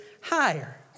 higher